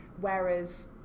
Whereas